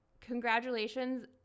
Congratulations